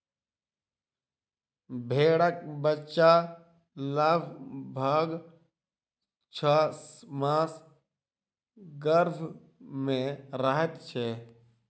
भेंड़क बच्चा लगभग छौ मास गर्भ मे रहैत छै